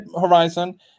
horizon